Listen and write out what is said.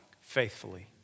faithfully